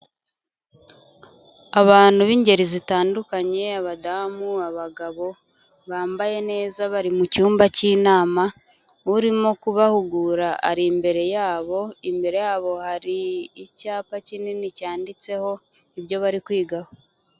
Abantu b'ingeri zitandukanye abadamu, abagabo bambaye neza bari mu cyumba cy'inama, urimo kubahugura ari imbere yabo, imbere yabo hari icyapa kinini cyanditseho ibyo bari kwigaho.